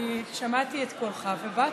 שמעתי את קולך ובאתי.